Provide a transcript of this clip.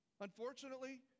Unfortunately